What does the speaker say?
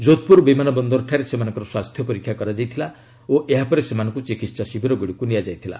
କୋଧପୁର ବିମାନ ବନ୍ଦରଠାରେ ସେମାନଙ୍କର ସ୍ୱାସ୍ଥ୍ୟ ପରୀକ୍ଷା କରାଯାଇଥିଲା ଓ ଏହା ପରେ ସେମାନଙ୍କୁ ଚିକିତ୍ସା ଶିବିରଗୁଡ଼ିକୁ ନିଆଯାଇଥିଲା